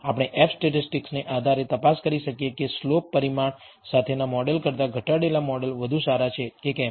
આપણે F સ્ટેટિસ્ટિકને આધારે તપાસ કરી શકીએ કે સ્લોપ પરિમાણ સાથેના મોડેલ કરતાં ઘટાડેલા મોડેલ વધુ સારા છે કે કેમ